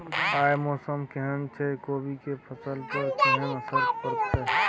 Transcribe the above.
आय मौसम केहन छै कोबी के फसल पर केहन असर परतै?